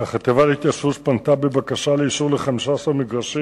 הוא בעייתי ויש לבחון כל מקרה לגופו ולא להסתמך על נהלים נוקשים.